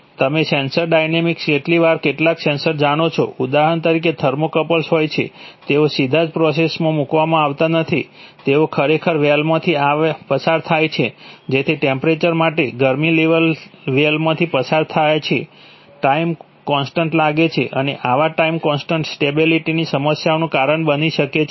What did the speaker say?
તમે sensor dynamics કેટલીક વાર કેટલાક સેન્સર જાણો છો ઉદાહરણ તરીકે થર્મોકપલ્સ હોય છે તેઓ સીધા જ પ્રોસેસમાં મૂકવામાં આવતા નથી તેઓ ખરેખર વેલ માંથી પસાર થાય છે જેથી ટેમ્પરેચર માટે ગરમી વેલમાંથી પસાર થવા માટે ટાઈમ કોન્સ્ટન્ટ લાગે છે અને આવા ટાઈમ કોન્સ્ટન્ટ સ્ટેબિલિટીની સમસ્યાઓનું કારણ બની શકે છે